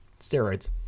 Steroids